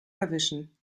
verwischen